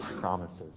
promises